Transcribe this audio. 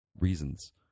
reasons